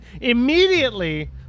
immediately